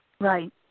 Right